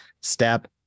step